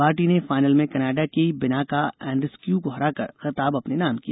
Barty ने final में Canada की बिनाका एंड्रेस्क्यू को हराकर खिताब अपने नाम किया